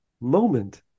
moment